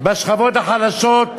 בשכבות החלשות,